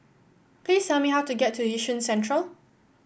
please tell me how to get to Yishun Central